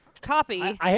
copy